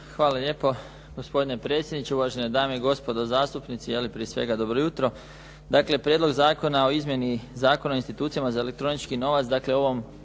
Hvala lijepo gospodine predsjedniče, uvažene dame i gospodo zastupnici. Je li prije svega dobro jutro! Dakle, Prijedlog zakona o izmjeni Zakona o institucijama za elektronički novac, dakle ovom